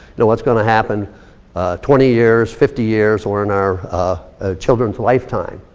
know, what's gonna happen twenty years, fifty years, or in our children's lifetime.